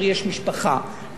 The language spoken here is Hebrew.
יש קושי במשפחה,